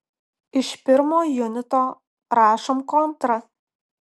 iš pirmo junito rašom kontrą